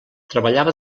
treballava